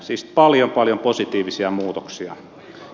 siis paljon paljon positiivisia muutoksia